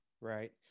Right